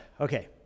Okay